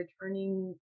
returning